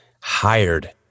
hired